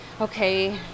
okay